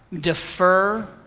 defer